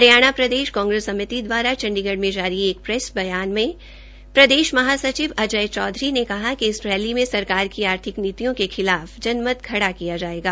हरियाणा प्रदेश कांग्रेस समिति दवारा चंडीगढ में जारी एक प्रेस बयान में प्रदेश महासचिव अजय चौधरी ने कहा कि इस रैली में सरकार की आर्थिक नीतियों के खिलाफ जनमत खड़ा किया जायेगा